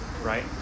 right